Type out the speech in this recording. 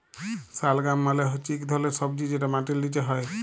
শালগাম মালে হচ্যে ইক ধরলের সবজি যেটা মাটির লিচে হ্যয়